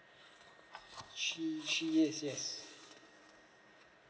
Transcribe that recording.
she she yes yes